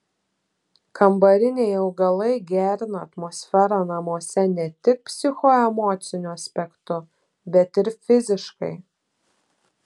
kambariniai augalai gerina atmosferą namuose ne tik psichoemociniu aspektu bet ir fiziškai